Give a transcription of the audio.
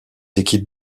équipes